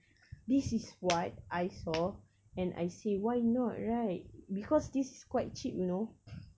this is what I saw and I say why not right because this is quite cheap you know